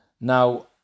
Now